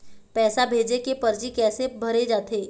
पैसा भेजे के परची कैसे भरे जाथे?